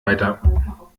weiter